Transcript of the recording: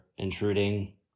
intruding